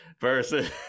versus